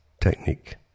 technique